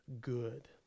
good